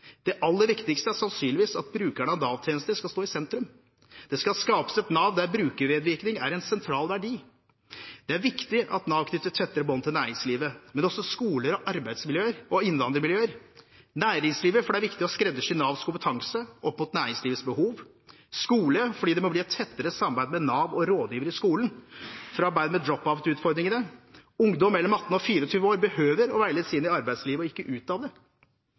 Det aller viktigste er sannsynligvis at brukerne av Nav-tjenester skal stå i sentrum. Det skal skapes et Nav der brukermedvirkning er en sentral verdi. Det er viktig at Nav knytter tettere bånd til næringslivet, men også skoler og innvandringsmiljøer: næringslivet fordi det er viktig å skreddersy Navs kompetanse opp mot næringslivets behov; skole fordi det må bli tettere samarbeid mellom Nav og rådgivere i skolen for å arbeide med drop out-utfordringene. Ungdom mellom 18 og 24 år behøver å bli veiledet inn i arbeidslivet og ikke ut av det;